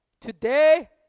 today